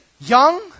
Young